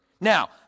Now